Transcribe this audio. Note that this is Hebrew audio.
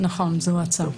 נכון, זו ההצעה.